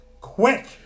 Quick